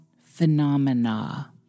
phenomena